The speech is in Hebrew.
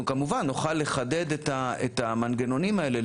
אנחנו כמובן נוכל לחדד את המנגנונים האלה,